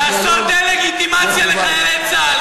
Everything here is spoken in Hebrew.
זה לא חינוכי לעשות דה-לגיטימציה לחיילי צה"ל,